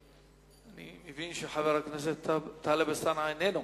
אני מבין שחבר הכנסת טלב אלסאנע אינו נוכח.